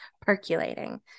percolating